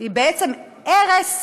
היא בעצם הרס